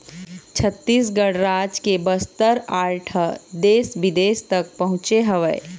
छत्तीसगढ़ राज के बस्तर आर्ट ह देश बिदेश तक पहुँचे हवय